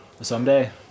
Someday